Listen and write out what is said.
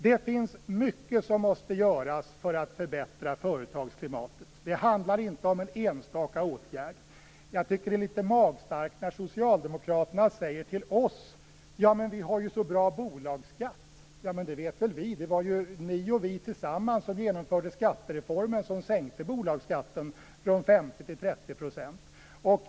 Det finns mycket som måste göras för att förbättra företagsklimatet. Det handlar inte om en enstaka åtgärd. Det är litet magstarkt när socialdemokraterna säger till oss: Ja, men vi har ju så bra bolagsskatt. Det vet vi väl. Det var ju ni och vi tillsammans som genomförde skattereformen, som sänkte bolagsskatten från 50 % till 30 %.